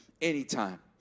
Anytime